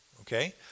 Okay